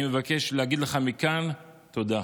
אני מבקש להגיד לך מכאן תודה.